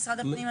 משרד הפנים,